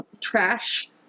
trash